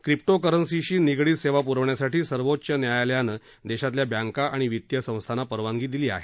crypto करन्सीशी निगडीत सेवा प्रवण्यासाठी सर्वोच्च न्यायालयानं देशातल्या बँका आणि वित्तीय संस्थांना परवानगी दिली आहे